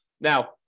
Now